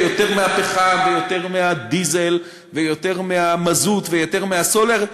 הרבה יותר מהפחם ויותר מהדיזל ויותר מהמזוט ויותר מהסולר,